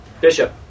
Bishop